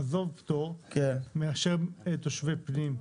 עזוב פטור, מאשר תושבי פנים?